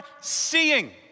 seeing